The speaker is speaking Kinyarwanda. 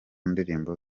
ndirimbo